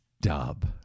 dub